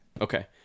Okay